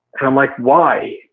and i'm like why?